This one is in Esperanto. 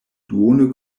duone